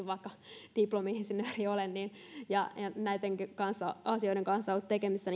vaikka itsekin diplomi insinööri olen ja näiden asioiden kanssa ollut tekemisissä